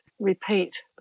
repeat